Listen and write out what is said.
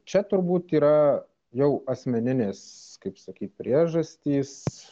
čia turbūt yra jau asmeninės kaip sakyt priežastys